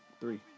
three